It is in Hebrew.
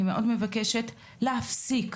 אני מאוד מבקשת להפסיק